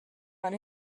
one